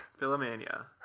Philomania